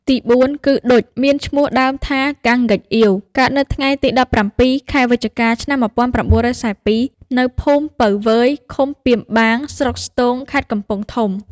ទីបួនគឺ ឌុច មានឈ្មោះដើមថា កាំង ហ្កេកអ៊ាវ កើតនៅថ្ងៃទី១៧ ខែវិច្ឆិកា ឆ្នាំ១៩៤២ នៅភូមិពៅវើយ ឃុំពាមបាង ស្រុកស្ទោង ខេត្តកំពង់ធំ។